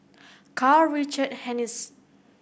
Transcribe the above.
Karl Richard Hanitsch